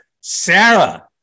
Sarah